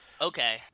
Okay